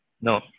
No